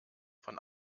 von